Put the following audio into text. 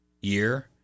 year